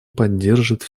поддержит